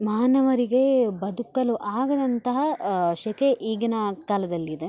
ಮಾನವರಿಗೆ ಬದುಕಲು ಆಗದಂತಹ ಶೆಕೆ ಈಗಿನ ಕಾಲದಲ್ಲಿದೆ